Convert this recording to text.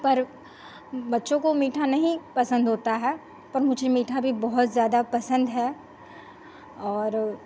पर बच्चों को मीठा नहीं पसंद होता है पर मुझे मीठा भी बहुत ज्यादा पसंद है और